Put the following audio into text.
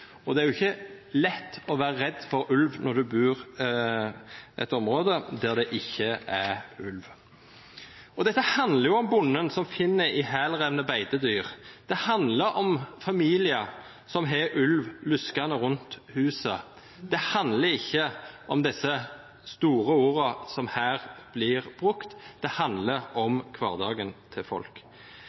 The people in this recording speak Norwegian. Og det er jo ikke lett å være redd for ulv når du bor i et område der det ikke er ulv. Dette handler om bonden som finner ihjelrevne beitedyr, det handler om familier som har ulv luskende rundt huset. Det handler ikke om disse store ordene som her blir brukt, det handler om hverdagen til folk.